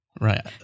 Right